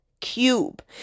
cube